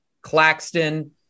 Claxton